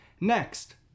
Next